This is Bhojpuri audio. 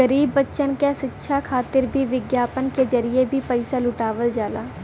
गरीब बच्चन क शिक्षा खातिर भी विज्ञापन के जरिये भी पइसा जुटावल जाला